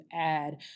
add